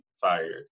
fired